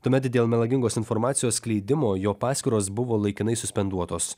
tuomet dėl melagingos informacijos skleidimo jo paskyros buvo laikinai suspenduotos